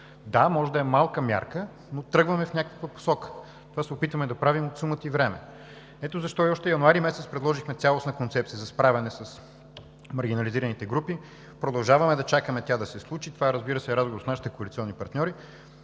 Да, може да е малка мярка, но тръгваме в някаква посока. Това се опитваме да правим от сума ти време. Ето защо още януари месец предложихме цялостна концепция за справяне с маргинализираните групи, продължаваме да чакаме тя да се случи. Това, разбира се, е разговор с нашите коалиционни партньори,